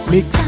Mix